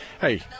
Hey